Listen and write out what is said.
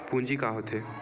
पूंजी का होथे?